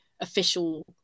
official